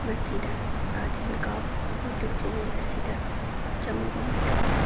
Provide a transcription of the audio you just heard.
ꯃꯁꯤꯗ art and craft YouTube channel ꯑꯁꯤꯗ ꯆꯪꯉꯨꯕ ꯃꯇꯝꯗ